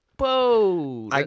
Whoa